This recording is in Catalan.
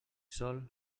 sol